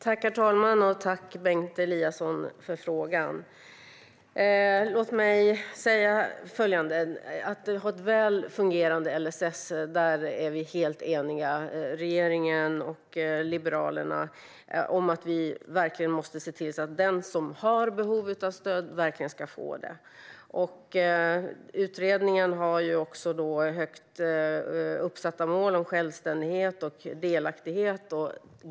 Herr talman! Tack, Bengt Eliasson, för frågan! När det gäller att ha ett väl fungerande stöd enligt LSS är regeringen och Liberalerna helt eniga. Vi måste se till så att den som har behov av stöd verkligen ska få det. Utredningen har också högt uppsatta mål om självständighet och delaktighet.